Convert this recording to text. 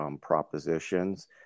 propositions